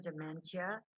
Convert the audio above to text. dementia